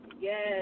yes